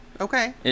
Okay